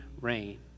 rain